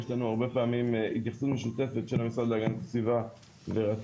יש לנו הרבה פעמים התייחסות משותפת של המשרד להגנת הסביבה ורט"ג,